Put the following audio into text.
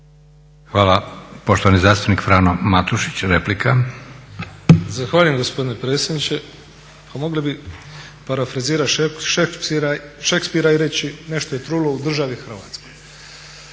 Hvala. Poštovani zastupnik Frano Matušić replika. **Matušić, Frano (HDZ)** Zahvaljujem gospodine predsjedniče. Pa mogli bi parafrazirat Shakespearea i reći "Nešto je trulu u državi Hrvatskoj."